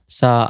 sa